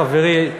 חברי,